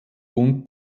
und